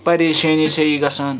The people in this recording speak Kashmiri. پَریشٲنی چھے یہِ گَژھان